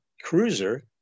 cruiser